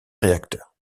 réacteurs